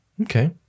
Okay